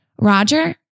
Roger